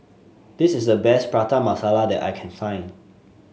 this is the best Prata Masala that I can find